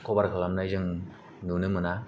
कभार खालामनाय जों नुनो मोना